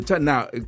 Now